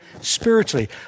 spiritually